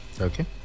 Okay